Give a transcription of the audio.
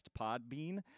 Podbean